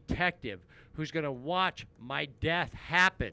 detective who's going to watch my death happen